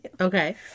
okay